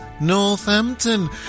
Northampton